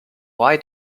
why